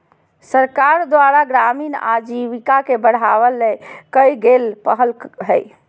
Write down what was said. सरकार द्वारा ग्रामीण आजीविका के बढ़ावा ले कइल गेल पहल हइ